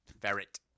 Ferret